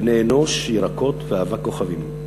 בני-אנוש, ירקות ואבק כוכבים,